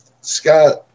Scott